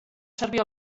servir